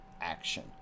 action